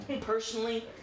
personally